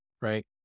right